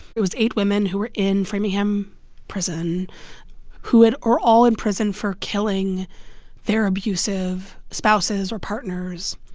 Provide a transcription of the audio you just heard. it was eight women who were in framingham prison who had are all in prison for killing their abusive spouses or partners.